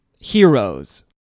Heroes